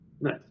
Nice